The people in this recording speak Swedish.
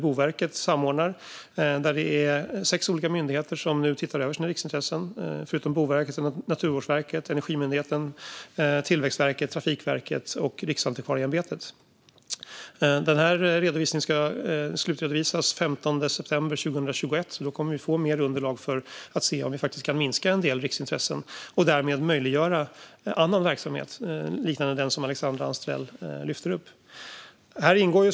Boverket samordnar, och det är sex olika myndigheter som nu ser över sina riksintressen. Förutom Boverket är det Naturvårdsverket, Energimyndigheten, Tillväxtverket, Trafikverket och Riksantikvarieämbetet. Översynen ska slutredovisas den 15 september 2021, och då kommer vi att få mer underlag för att se hur vi kan minska en del riksintressen och därmed möjliggöra en del annan verksamhet liknande den som Alexandra Anstrell lyfter fram.